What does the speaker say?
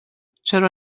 چرا